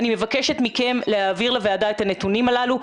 אני מבקשת מכם להעביר לוועדה את הנתונים הללו.